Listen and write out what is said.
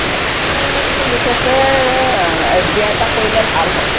মই বিশেষকৈ এছবিআই ৰ পৰা কৰিলে ভাল হয়